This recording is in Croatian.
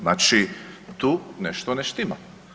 Znači tu nešto ne štima.